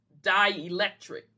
dielectric